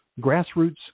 grassroots